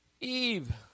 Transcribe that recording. Eve